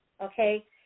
okay